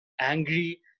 angry